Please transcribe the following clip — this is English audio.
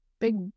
big